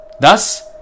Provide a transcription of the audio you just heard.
Thus